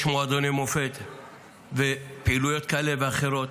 יש מועדוני מופ"ת ופעילויות כאלה ואחרות.